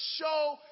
show